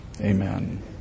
Amen